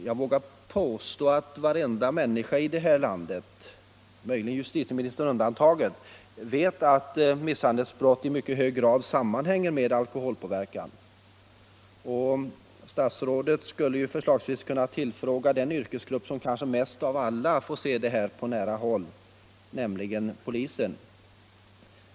Jag vågar påstå att varenda människa i det här landet —- möjligen justitieministern undantagen — vet att misshandelsbrott i mycket hög grad sammanhänger med alkoholpåverkan; statsrådet skulle ju förslagsvis kunna tillfråga den yrkesgrupp som kanske mest av alla får se detta på nära håll, nämligen polisen.